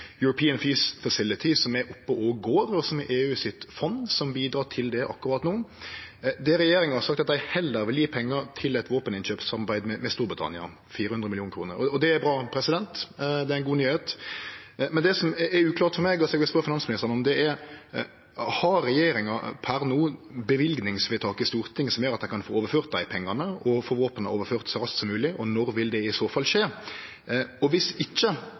European Peace Facility, som er oppe og går, og som er EUs fond som bidreg til dette akkurat no. Det regjeringa har sagt, er at dei heller vil gje pengar til eit våpeninnkjøpssamarbeid med Storbritannia, 4 mill. kr. Det er bra – det er ein god nyheit. Men det som er uklart for meg, og som eg vil spørje finansministeren om, er: Har regjeringa per no løyvingsvedtak i Stortinget, som gjer at ein kan få overført dei pengane og få våpen overført så raskt som mogleg, og når vil det i så fall skje? Viss ikkje: